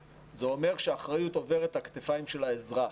זה אומר שהאחריות עוברת לכתפיים של האזרח